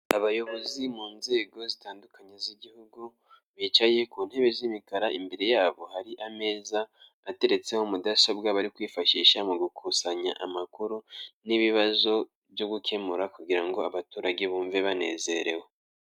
Abayobozi mu nzego zitandukanye z'igihugu bicaye ku ntebe z'imikara, imbere yabo hari ameza ateretseho mudasobwa bari kwifashisha mu gukusanya amakuru n'ibibazo byo gukemura kugirango abaturage bumve banezerewe.